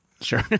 Sure